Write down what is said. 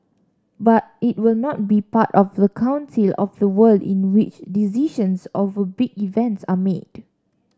but it will not be part of the council of the world in which decisions over big events are made